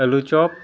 ᱟᱹᱞᱩᱪᱚᱯ